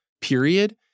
period